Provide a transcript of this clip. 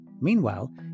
Meanwhile